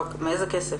מאיזה כסף?